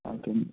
okay